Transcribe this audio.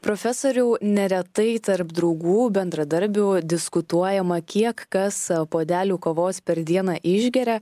profesoriau neretai tarp draugų bendradarbių diskutuojama kiek kas puodelių kavos per dieną išgeria